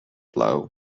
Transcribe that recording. blow